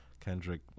Kendrick